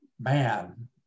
man